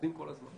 עובדים כל הזמן.